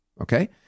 okay